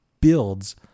builds